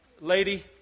lady